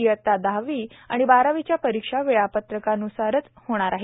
इयत्ता दहावी आणि बारावीच्या परीक्षा वेळापत्रकान्सारच होणार आहेत